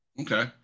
Okay